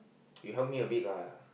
you help me a bit lah